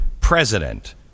president